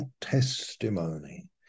testimony